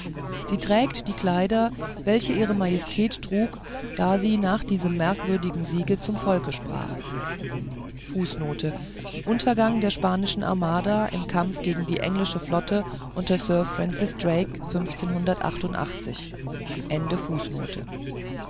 sie trägt die kleider welche ihre majestät trug da sie nach diesem merkwürdigen siege zum volke sprach fußnote untergang der spanischen armada im kampf gegen die englische flotte unter sir